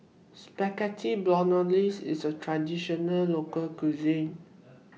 Spaghetti Bolognese IS A Traditional Local Cuisine